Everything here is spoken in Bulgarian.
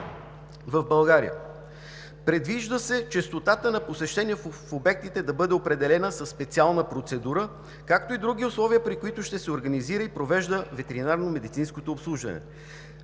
в България. Предвижда се честотата на посещение в обектите да бъде определена със специална процедура, както и други условия, при които ще се организира и провежда ветеринарномедицинското обслужване.